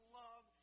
love